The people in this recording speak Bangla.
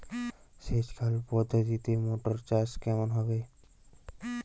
সেচ খাল পদ্ধতিতে মটর চাষ কেমন হবে?